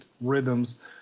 rhythms